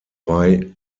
bei